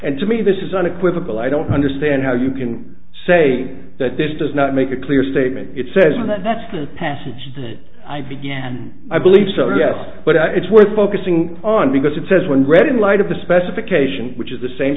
and to me this is unequivocal i don't understand how you can say that this does not make a clear statement it says and that's the passage that i began i believe so yes but it's worth focusing on because it says when read in light of the specification which is the same